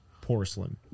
Porcelain